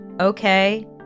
okay